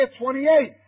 28